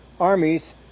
armies